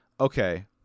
okay